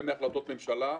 הן מהחלטות ממשלה.